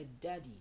daddy